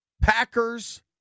Packers